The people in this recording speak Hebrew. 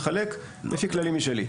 לחלק לפי כללים משלי.